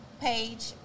page